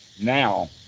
now